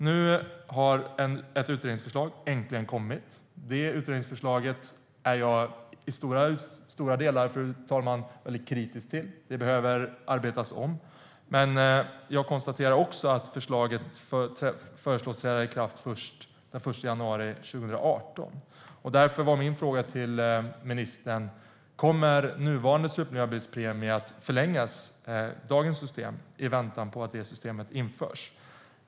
Nu har ett utredningsförslag äntligen kommit. Detta är jag i stora delar, fru talman, väldigt kritisk till; det behöver arbetas om. Jag konstaterar också att förslaget föreslås träda i kraft först den 1 januari 2018. Därför var min fråga till ministern: Kommer nuvarande supermiljöbilspremie, dagens system, att förlängas i väntan på att bonus-malus-systemet införs?